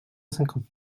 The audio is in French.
cinquante